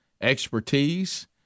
expertise